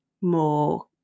more